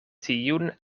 tiun